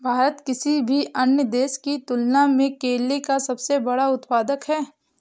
भारत किसी भी अन्य देश की तुलना में केले का सबसे बड़ा उत्पादक है